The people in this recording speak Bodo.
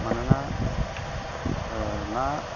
मानोना ना